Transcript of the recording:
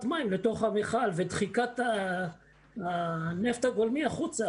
מים לתוך המכל ודחיקת הנפט הגולמי החוצה